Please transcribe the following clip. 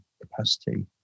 capacity